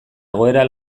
egoera